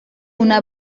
una